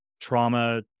trauma